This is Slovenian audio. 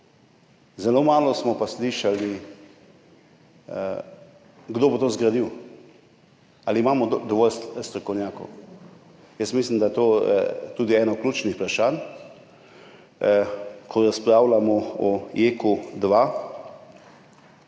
zelo malo smo pa slišali o tem, kdo bo to zgradil. Ali imamo dovolj strokovnjakov? Jaz mislim, da je to tudi eno ključnih vprašanj, ko razpravljamo o JEK2.